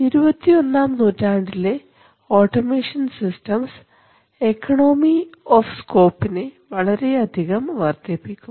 ഇരുപത്തിയൊന്നാം നൂറ്റാണ്ടിലെ automation systems economy of സ്കോപ്പിനെ വളരെയധികം വർദ്ധിപ്പിക്കും